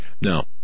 Now